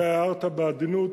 אתה הערת בעדינות,